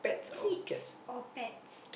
kids or pets